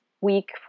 week